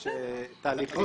יש תהליכים,